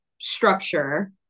structure